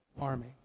army